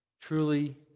truly